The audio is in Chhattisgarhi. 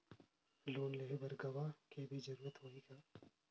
लोन लेहे बर गवाह के भी जरूरत होही का?